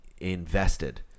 invested